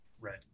Right